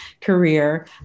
career